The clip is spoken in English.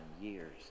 years